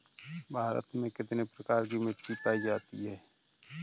भारत में कितने प्रकार की मिट्टी पायी जाती है?